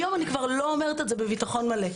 היום אני כבר לא אומרת את זה בביטחון מלא.